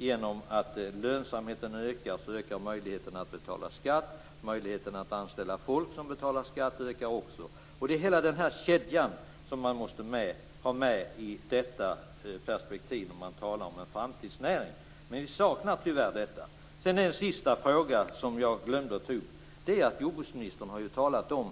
Genom att lönsamheten ökar möjligheterna att betala skatt och möjligheterna att anställa folk som betalar skatt. Det är hela denna kedja som man måste ha med i detta perspektiv när man talar om en framtidsnäring. Men vi saknar tyvärr detta. Sedan har jag en sista fråga som jag glömde ställa. Jordbruksministern har ju talat om